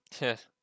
Yes